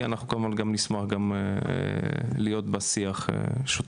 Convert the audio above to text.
אנחנו כמובן גם נשמח להיות בשיח שוטף.